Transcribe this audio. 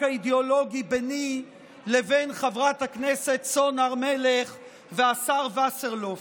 האידיאולוגי ביני לבין חברת הכנסת סון הר מלך והשר וסרלאוף.